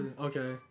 Okay